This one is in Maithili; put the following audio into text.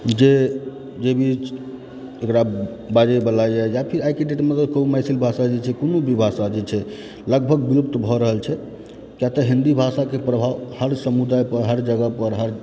जे जे भी एकरा बाजैवला अइ या फेर आइके डेटमे कहू मैथिल भाषा जे छै या कोनो भी भाषा जे छै लगभग विलुप्त भऽ रहल छै किआ तऽ हिन्दी भाषाके प्रभाव हर समुदायपर हर जगहपर हर